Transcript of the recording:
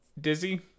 Dizzy